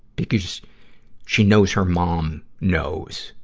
because she knows her mom knows,